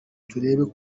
turebe